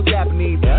Japanese